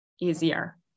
easier